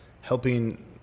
helping